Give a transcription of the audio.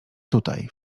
tutaj